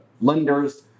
lenders